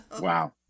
Wow